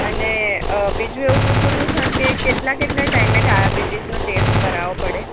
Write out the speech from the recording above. અને બીજું એવું પૂછવુંતું સર કે કેટલા કેટલા ટાઈમે ડાયાબિટીસનો ટેસ્ટ કરાવો પડે